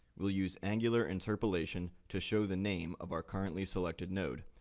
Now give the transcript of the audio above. we'll use angular interpolation to show the name of our currently selected node,